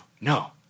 No